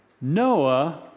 Noah